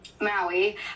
Maui